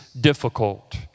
difficult